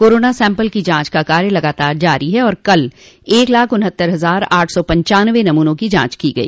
corona sample की जांच का कार्य लगातार जारी है और कल एक लाख उन्हत्तर हजार आठ सौ पंनचानवे नमूनों की जांच की गई